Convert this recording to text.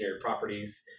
properties